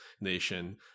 nation